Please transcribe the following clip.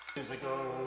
Physical